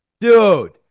Dude